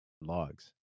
logs